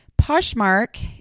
Poshmark